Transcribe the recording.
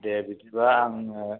दे बिदिबा आं न'आव